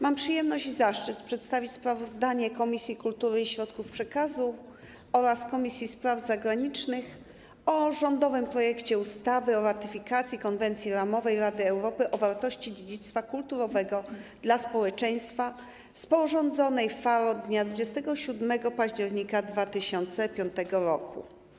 Mam przyjemność i zaszczyt przedstawić sprawozdanie Komisji Kultury i Środków Przekazu oraz Komisji Spraw Zagranicznych o rządowym projekcie ustawy o ratyfikacji Konwencji ramowej Rady Europy o wartości dziedzictwa kulturowego dla społeczeństwa, sporządzonej w Faro dnia 27 października 2005 r.